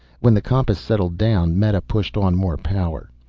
when the compass settled down meta pushed on more power.